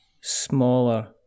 smaller